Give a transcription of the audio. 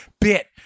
bit